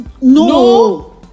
no